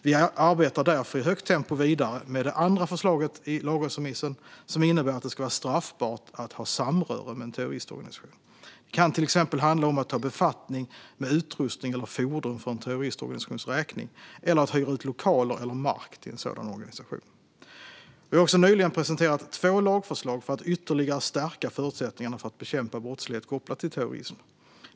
Vi arbetar därför i högt tempo vidare med det andra förslaget i lagrådsremissen, som innebär att det ska vara straffbart att ha samröre med en terroristorganisation. Det kan till exempel handla om att ta befattning med utrustning eller fordon för en terroristorganisations räkning eller om att hyra ut lokaler eller mark till en sådan organisation. Vi har också nyligen presenterat två lagförslag för att ytterligare stärka förutsättningarna för att bekämpa brottslighet kopplad till terrorism.